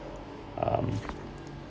um